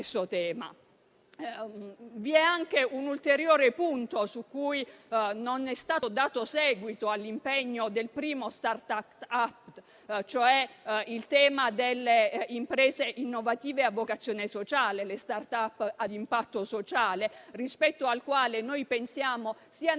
Vi è anche un ulteriore punto su cui non è stato dato seguito all'impegno del primo Start-up Act, cioè il tema delle imprese innovative a vocazione sociale, le *start-up* ad impatto sociale, rispetto al quale noi pensiamo sia necessario